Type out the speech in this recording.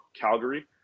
Calgary